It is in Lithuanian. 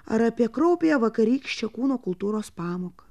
ar apie kraupiąją vakarykščią kūno kultūros pamoką